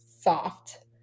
soft